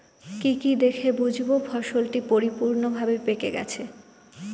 কি কি দেখে বুঝব ফসলটি পরিপূর্ণভাবে পেকে গেছে?